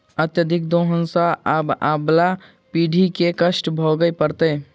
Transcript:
अत्यधिक दोहन सँ आबअबला पीढ़ी के कष्ट भोगय पड़तै